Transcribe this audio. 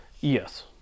Yes